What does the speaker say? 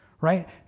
right